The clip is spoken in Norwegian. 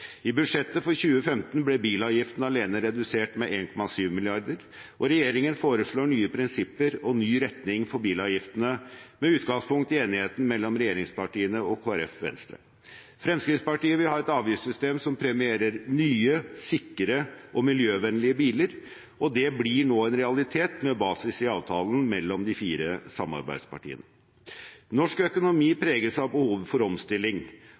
I budsjettet for 2015 ble bilavgiftene alene redusert med 1,7 mrd. kr, og regjeringen foreslår nye prinsipper og ny retning for bilavgiftene, med utgangspunkt i enigheten mellom regjeringspartiene, Kristelig Folkeparti og Venstre. Fremskrittspartiet vil ha et avgiftssystem som premierer nye, sikre og miljøvennlige biler, og det blir nå en realitet, med basis i avtalen mellom de fire samarbeidspartiene. Norsk økonomi preges av behovet for omstilling,